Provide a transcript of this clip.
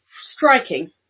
striking